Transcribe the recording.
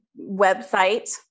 website